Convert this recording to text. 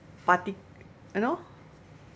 parti~ you know